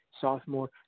sophomore